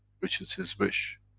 which is his wish.